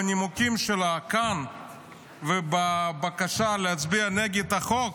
בנימוקים שלה כאן ובבקשה להצביע נגד החוק